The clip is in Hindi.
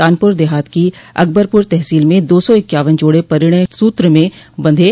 कानपुर देहात की अकबरपुर तहसील में दो सौ इक्यावन जोड़े परिणय सूत्र में बंधे